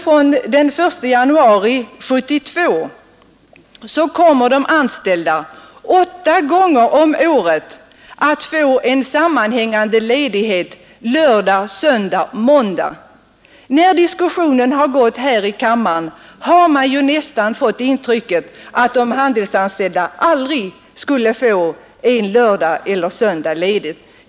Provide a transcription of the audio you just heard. Från den 1 januari 1972 kommer de anställda att få sammanhängande ledighet lördag, söndag och måndag åtta gånger om året. Av diskussionen här i kammaren har man nästan fått intrycket att de handelsanställda aldrig skulle få en lördag eller söndag ledig.